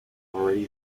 already